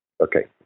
Okay